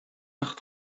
nach